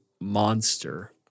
monster